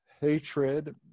hatred